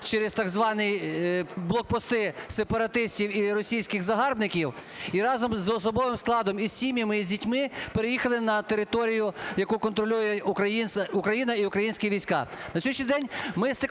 через так звані блокпости сепаратистів і російських загарбників і разом з особовим складом і з сім'ями, із дітьми переїхали на територію, яку контролює Україна і українські війська.